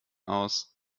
aus